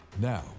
Now